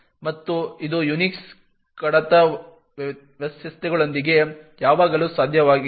ಮತ್ತು ಇದು Unix ಕಡತ ವ್ಯವಸ್ಥೆಗಳೊಂದಿಗೆ ಯಾವಾಗಲೂ ಸಾಧ್ಯವಿಲ್ಲ